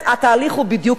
התהליך הוא בדיוק הפוך,